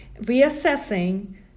reassessing